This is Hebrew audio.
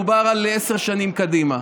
מדובר על עשר שנים קדימה.